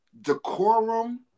decorum